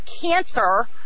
cancer